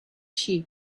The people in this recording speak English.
sheep